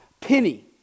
penny